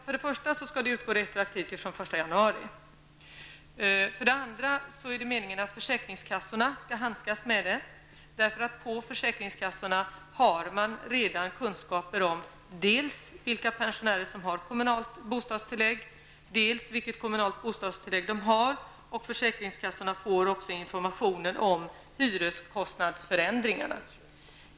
För det första skall den utgå retroaktivt från den 1 januari. För det andra är det meningen att försäkringskassorna skall handskas med den, därför att man på försäkringskassorna redan har kunskaper om dels vilka pensionärer som har kommunalt bostadstillägg, dels vilket kommunalt bostadstillägg de har. Försäkringskassorna får också information om hyreskostnadsförändringar.